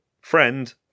friend